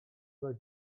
zaś